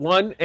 One